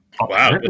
Wow